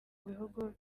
bihugu